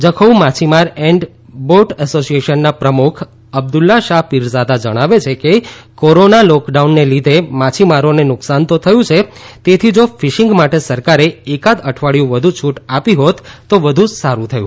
જખૌ માછીમાર and boat association ના પ્રમુખ અબ્દુલ્લાશા પીરઝાદા જણાવે છે કે કોરોના લોકડાઉન ને લીધે માછીમારો ને નુકસાન તો થયું છે તેથી જો ફિશિંગ માટે સરકારે એકાદ અઠવાડિયુ વધુ છૂટ આપી હોત તો સારું હતું